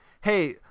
hey